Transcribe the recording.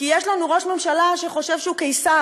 כי יש לנו ראש ממשלה שחושב שהוא קיסר,